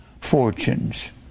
fortunes